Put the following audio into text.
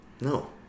No